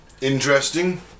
Interesting